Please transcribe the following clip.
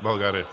в България?